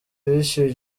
wishyuye